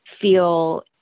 feel